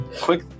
quick